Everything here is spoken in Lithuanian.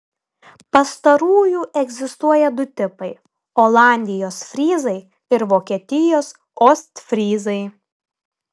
pastarųjų egzistuoja du tipai olandijos fryzai ir vokietijos ostfryzai